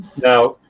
Now